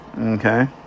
Okay